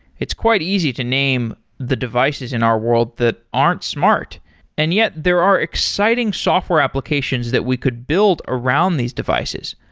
it's quite easy to name the devices in our world that aren't smart and yet there are exciting software applications that we could build around these devices.